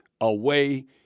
away